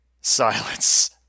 silence